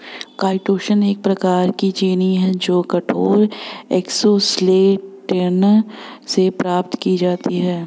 chitosan एक प्रकार की चीनी है जो कठोर एक्सोस्केलेटन से प्राप्त की जाती है